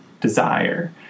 desire